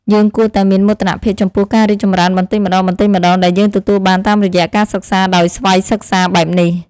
យើងគួរតែមានមោទនភាពចំពោះការរីកចម្រើនបន្តិចម្តងៗដែលយើងទទួលបានតាមរយៈការសិក្សាដោយស្វ័យសិក្សាបែបនេះ។